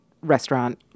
restaurant